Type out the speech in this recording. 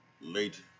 late